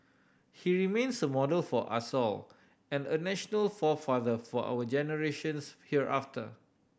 he remains a model for us all and a national forefather for our generations hereafter